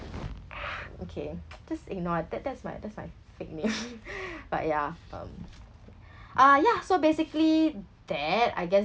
okay just ignore that that's my that's my fake name but ya from uh yeah so basically that I guess